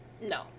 No